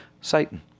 Satan